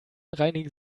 reinigen